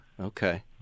Okay